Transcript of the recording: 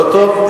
לא טוב?